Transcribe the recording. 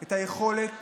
את היכולת